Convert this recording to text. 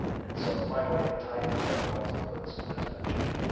and so finally, the type you got calls and puts as mentioned,